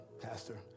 Pastor